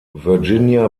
virginia